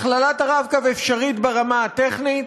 הכללת ה"רב-קו" אפשרית ברמה הטכנית.